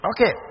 Okay